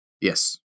Yes